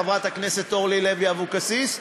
חברת הכנסת אורלי לוי אבקסיס,